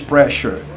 Pressure